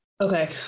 Okay